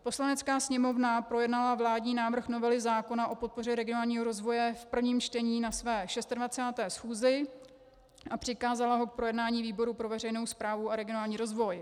Poslanecká sněmovna projednala vládní návrh novely zákona o podpoře regionálního rozvoje v prvním čtení na své 26. schůzi a přikázala ho k projednání výboru pro veřejnou správu a regionální rozvoj.